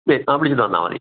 ആ വിളിച്ചിട്ട് വന്നാൽ മതി